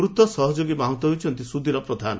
ମୃତ ସହଯୋଗୀ ମାହୁନ୍ତ ହେଉଛନ୍ତି ସୁଧୀର ପ୍ରଧାନ